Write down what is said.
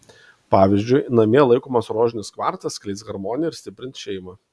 pavyzdžiui namie laikomas rožinis kvarcas skleis harmoniją ir stiprins šeimą